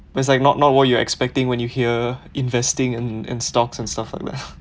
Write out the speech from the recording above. because like not not what you're expecting when you hear investing in stocks and stuff like that